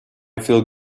feel